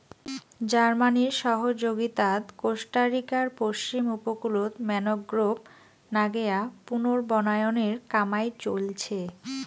জার্মানির সহযগীতাত কোস্টারিকার পশ্চিম উপকূলত ম্যানগ্রোভ নাগেয়া পুনর্বনায়নের কামাই চইলছে